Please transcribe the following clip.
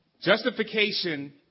Justification